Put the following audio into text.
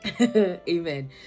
Amen